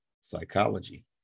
psychology